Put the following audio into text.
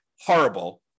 horrible